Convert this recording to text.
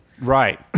Right